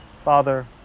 Father